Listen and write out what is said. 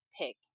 pick